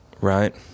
right